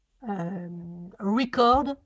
record